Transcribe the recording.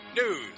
news